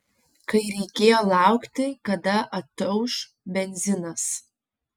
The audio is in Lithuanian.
kai reikėjo laukti kada atauš benzinas